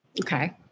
Okay